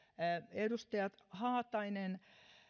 edustaja haatainen